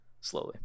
slowly